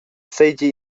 seigi